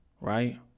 right